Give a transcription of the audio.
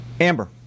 Amber